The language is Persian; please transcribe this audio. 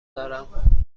دارم